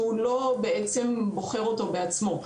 שהוא לא בעצם בוחר אותו בעצמו.